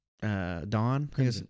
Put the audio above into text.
Dawn